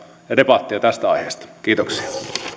ja debattia tästä aiheesta kiitoksia